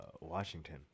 Washington